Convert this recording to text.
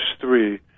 three